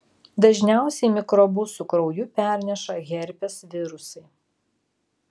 dažniausiai mikrobus su krauju perneša herpes virusai